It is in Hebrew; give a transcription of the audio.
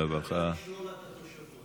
יותר קל לשלול לה את התושבות.